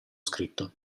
scritto